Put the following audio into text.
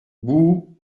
bou